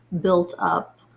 built-up